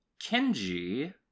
Kenji